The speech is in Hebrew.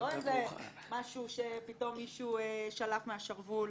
לא משהו שמישהו פתאום שלף מהשרוול.